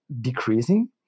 decreasing